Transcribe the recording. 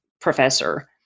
professor